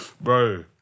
Bro